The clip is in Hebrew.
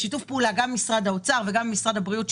פעולה עם משרד האוצר ועם משרד הבריאות,